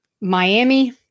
Miami